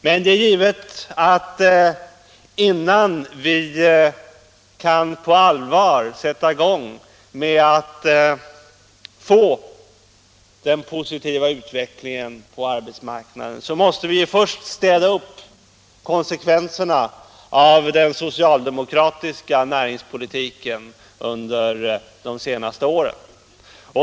Men det är givet att innan vi på allvar kan sätta i gång den positiva utvecklingen på arbetsmarknaden måste vi först städa upp efter den socialdemokratiska näringspolitiken under de senaste åren.